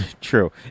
True